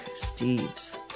Steves